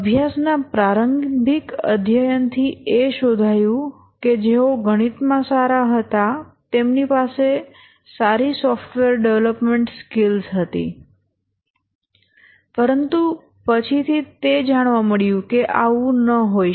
અભ્યાસના પ્રારંભિક અધ્યયન થી એ શોધાયું કે જેઓ ગણિતમાં સારા હતા તેમની પાસે સારી સોફ્ટવેર ડેવલપમેન્ટ સ્કિલ્સ હતી પરંતુ પછીથી તે મળ્યું કે આ આવું ન હોઈ શકે